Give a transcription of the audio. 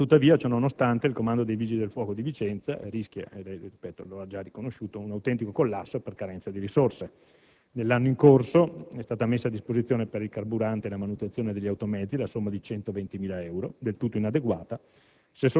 Tuttavia, ciò nonostante, il comando dei Vigili del fuoco di Vicenza rischia, come lei ha riconosciuto, signor Sottosegretario, un autentico collasso per carenza di risorse. Nell'anno in corso è stata messa a disposizione per il carburante e la manutenzione degli automezzi la somma di 120.000 euro, del tutto inadeguata,